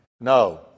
No